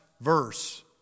verse